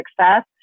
success